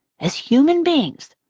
as human beings,